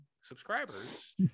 subscribers